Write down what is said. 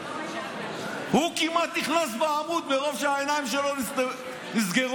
הוא כמעט נכנס בעמוד מרוב שהעיניים שלו נסגרו.